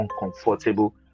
uncomfortable